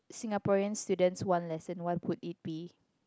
Singaporean students one lesson what would it be